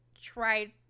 tried